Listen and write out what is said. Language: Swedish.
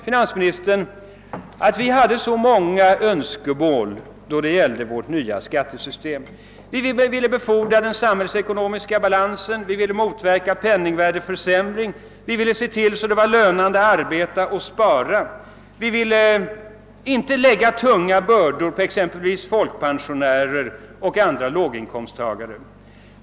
Finansministern sade vidare att vi hade så många önskemål då det gällde det nya skattesystemet: vi ville befordra den samhällsekonomiska balansen, vi ville motverka penningvärdeförsämringen, vi ville se till att det var lönande att arbeta och spara, vi ville inte lägga tunga bördor på exempelvis folkpensionärer och andra låginkomsttagare.